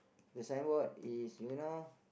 the sign board is you know